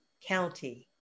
County